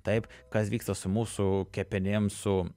taip kas vyksta su mūsų kepenim su